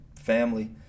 family